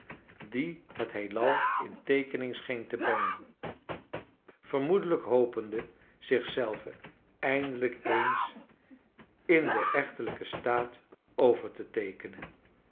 die het heelal in teekening scheen te brengen vermoedelijk hopende zich zelve eindelijk eens in den echtelijken staat over te teekenen